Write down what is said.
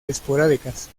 esporádicas